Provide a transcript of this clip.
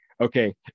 Okay